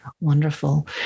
Wonderful